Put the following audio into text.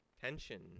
Tension